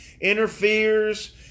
interferes